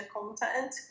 content